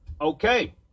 Okay